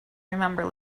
remember